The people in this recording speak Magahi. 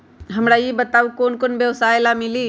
हमरा ई बताऊ लोन कौन कौन व्यवसाय ला मिली?